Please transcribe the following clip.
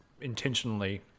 Intentionally